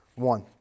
One